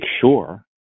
sure